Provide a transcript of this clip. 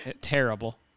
terrible